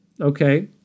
Okay